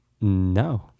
No